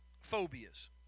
phobias